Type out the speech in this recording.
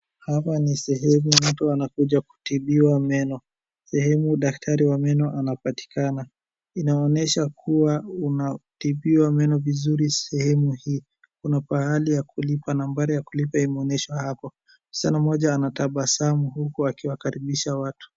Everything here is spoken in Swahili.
Hapa ni sehemu watu wanakuja kutibiwa meno. Sehemu daktari wa meno anapatikana. Inaonyesha kuwa unatibiwa meno vizuri sehemu hii. Kuna pahali ya kulipa, nambari ya kulipa imeonyeshwa hapo. Msichana mmoja anatabasamu huku akiwakaribisha watu.